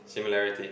similarity